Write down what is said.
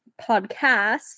podcast